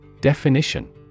Definition